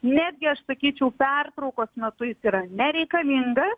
netgi aš sakyčiau pertraukos metu jis yra nereikalingas